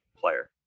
player